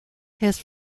his